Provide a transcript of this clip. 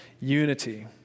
unity